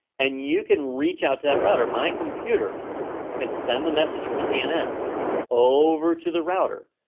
and you can reach out to that router. my computer can send the message for cnn over to the router,